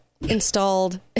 installed